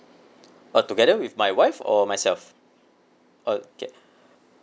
uh together with my wife or myself okay